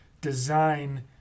design